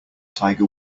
tiger